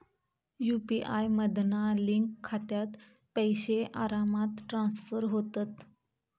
UPI मधना link खात्यात पैशे आरामात ट्रांसफर होतत